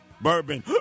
Bourbon